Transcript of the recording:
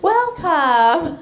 Welcome